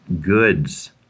goods